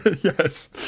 Yes